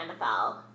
NFL